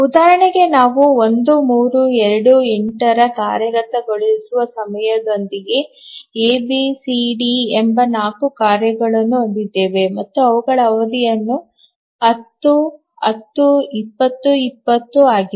ಉದಾಹರಣೆಗೆ ನಾವು 1 3 2 8 ರ ಕಾರ್ಯಗತಗೊಳಿಸುವ ಸಮಯದೊಂದಿಗೆ ಎ ಬಿ ಸಿ ಡಿ ಎಂಬ 4 ಕಾರ್ಯಗಳನ್ನು ಹೊಂದಿದ್ದೇವೆ ಮತ್ತು ಅವುಗಳ ಅವಧಿಗಳು 10 10 20 20 ಆಗಿದೆ